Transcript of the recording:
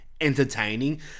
entertaining